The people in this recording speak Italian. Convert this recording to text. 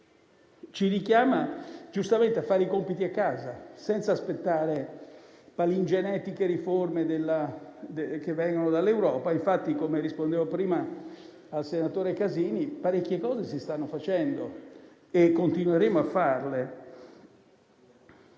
ci richiama giustamente a fare i compiti a casa, senza aspettare palingenetiche riforme che vengono dall'Europa. Infatti, come ho detto anche prima in risposta al senatore Casini, parecchie cose si stanno facendo e continueremo a farle.